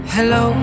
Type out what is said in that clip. Hello